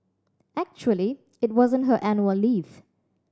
actually it wasn't her annual leave